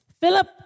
Philip